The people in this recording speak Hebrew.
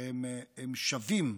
שהם שווים,